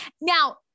Now